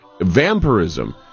Vampirism